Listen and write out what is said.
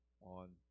on